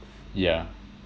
yeah